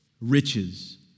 riches